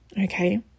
Okay